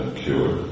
cure